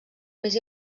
més